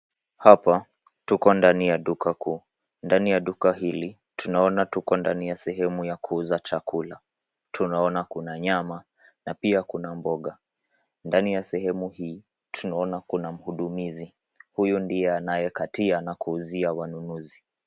Hapa tuko ndani ya duka kuu. Ndani ya duka hili, tunaona tuko ndani ya sehemu ya kuuza chakula. Tunaona kuna nyama na pia kuna mboga. Ndani ya sehemu hii tunaona kuna mhudumizi, huyu ndiye anayekatia na kuuzia wanunuzi.